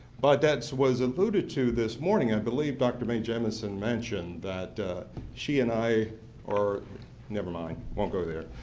but that was alluded to this morning. i believe dr. mae jameson mentioned that she and i are never mind, won't go there.